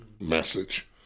message